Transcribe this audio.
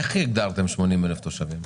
איך הגדרתם 80,000 תושבים?